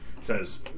says